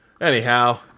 Anyhow